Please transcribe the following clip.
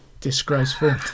disgraceful